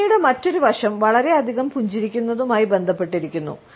പുഞ്ചിരിയുടെ മറ്റൊരു വശം വളരെയധികം പുഞ്ചിരിക്കുന്നതുമായി ബന്ധപ്പെട്ടിരിക്കുന്നു